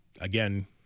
again